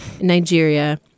nigeria